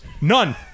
None